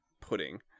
pudding